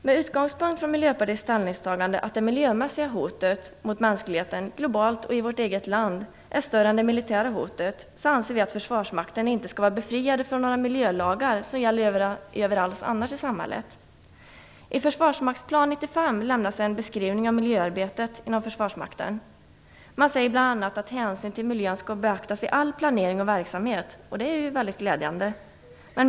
Med utgångspunkt från Miljöpartiets ställningstagande att det miljömässiga hotet mot mänskligheten, globalt och i vårt eget land, är större än det militära hotet, anser vi att försvarsmakten inte skall vara befriad från några miljölagar som gäller överallt annars i samhället. I Försvarsmaktplan 95 lämnas en beskrivning av miljöarbetet inom försvarsmakten. Man säger bl.a. att hänsyn till miljön skall beaktas vid all planering och all verksamhet. Det är mycket glädjande.